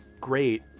great